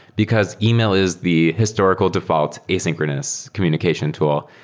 because email is the historical default asynchronous communication tool,